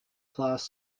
class